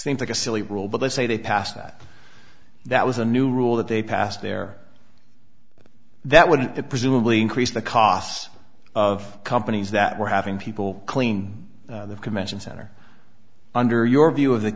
seems like a silly rule but let's say they passed that that was a new rule that they passed there that would presumably increase the cost of companies that were having people clean the convention center under your view of the